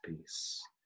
peace